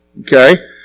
Okay